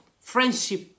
friendship